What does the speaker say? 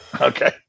Okay